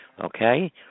Okay